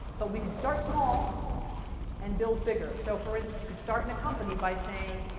but we could start small and build bigger. so for instance, you could start in a company by saying,